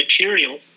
material